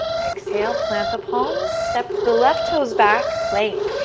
exhale, plant the palms, step the left toes back, plank.